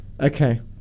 Okay